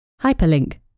Hyperlink